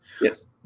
Yes